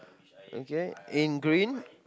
okay in green